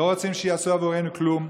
לא רוצים שיעשו עבורנו כלום,